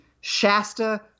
shasta